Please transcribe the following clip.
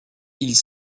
ils